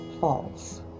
false